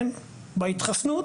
בהתחסנות,